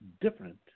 different